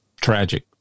Tragic